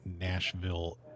Nashville